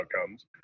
outcomes